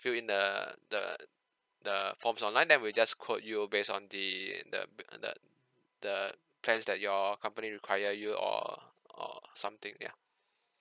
fill in the the the forms online then we'll just quote you based on the the the the plans that your company require you or or something ya